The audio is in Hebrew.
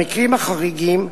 במקרים החריגים,